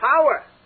power